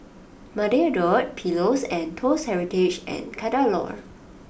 Mandalay Road Pillows and Toast Heritage and Kadaloor